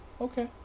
Okay